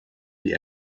die